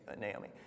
Naomi